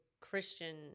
Christian